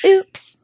Oops